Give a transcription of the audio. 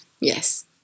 Yes